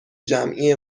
جمعی